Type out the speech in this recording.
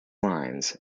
lines